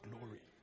glory